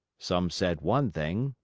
some said one thing,